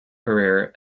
career